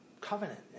covenant